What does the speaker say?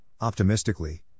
optimistically